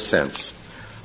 sense